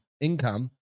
Income